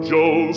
Joe